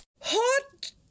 Hot